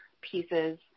pieces